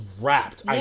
wrapped